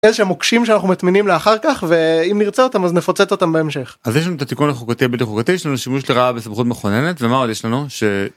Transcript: איזשהם מוקשים שאנחנו מאמינים. לאחר כך ואם נרצה אותם אז מפוצץ אותם בהמשך. אז יש לנו את התיקון החוקתי בלתי חוקתי יש לנו שימוש לרעה בסמכות מכוננת ומה עוד יש לנו ש…